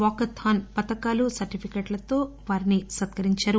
walkathon పథకాలు సర్టిఫికేట్లతో ఈ వారిని సత్కరించారు